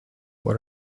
what